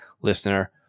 listener